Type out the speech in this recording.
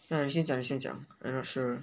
no 你先讲你先讲 I not sure